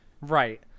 Right